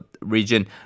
region